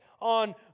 on